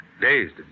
dazed